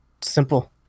simple